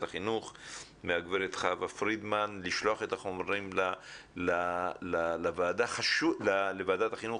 החינוך לשלוח את החומרים לוועדת החינוך.